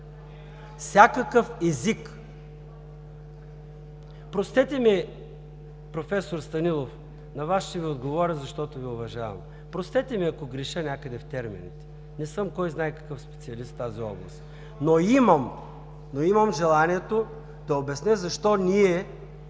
Станилов.) Простете ми, професор Станилов! На Вас ще Ви отговоря, защото Ви уважавам! Простете ми, ако греша някъде в термините – не съм кой знае какъв специалист в тази област. Но имам желанието да обясня защо ние